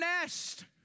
nest